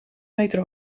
meter